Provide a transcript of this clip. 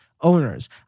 owners